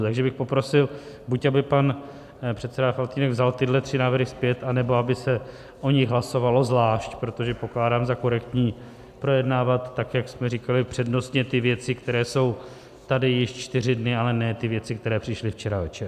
Takže bych poprosil, buď aby pan předseda Faltýnek vzal tyhle tři návrhy zpět, anebo aby se o nich hlasovalo zvlášť, protože pokládám za korektní projednávat, tak jak jsme říkali, přednostně ty věci, které jsou tady již čtyři dny, ale ne ty věci, které přišly včera večer.